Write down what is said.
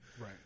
Right